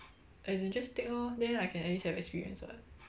as in just take lor then I can at least have experience [what]